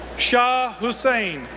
sha hussain,